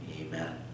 Amen